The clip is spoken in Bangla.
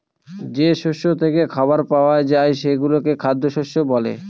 যে শস্য থেকে খাবার পাওয়া যায় সেগুলোকে খ্যাদ্যশস্য বলে